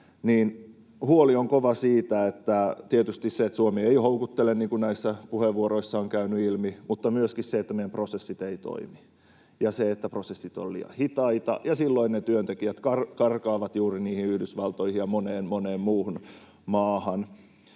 huoli on kova tietysti siitä, että Suomi ei houkuttele, niin kuin näissä puheenvuoroissa on käynyt ilmi, mutta myöskin siitä, että meidän prosessit eivät toimi ja että prosessit ovat liian hitaita, ja silloin ne työntekijät karkaavat juuri Yhdysvaltoihin ja moneen, moneen muuhun maahan.